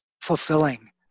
fulfilling